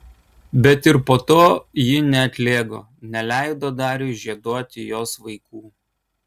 bet ir po to ji neatlėgo neleido dariui žieduoti jos vaikų